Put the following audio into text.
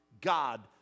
God